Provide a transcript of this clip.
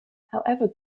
however